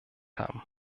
haben